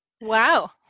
Wow